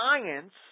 science